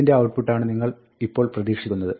ഇതിന്റെ ഔട്ടപുട്ടാണ് നിങ്ങൾ ഇപ്പോൾ പ്രതീക്ഷിക്കുന്നത്